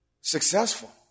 successful